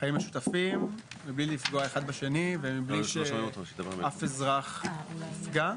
חיים משותפים בלי לפגוע אחד בשני ובלי שאף אזרח נפגע.